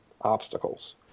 obstacles